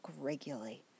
regularly